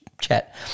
chat